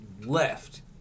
left